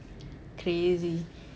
crazy